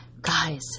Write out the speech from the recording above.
Guys